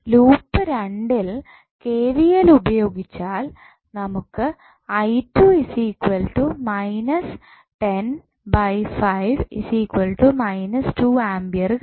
loop 2 യിൽ KVL ഉപയോഗിച്ചാൽ നമുക്ക് A കിട്ടും